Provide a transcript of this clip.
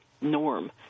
norm